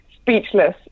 Speechless